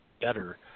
Better